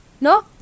No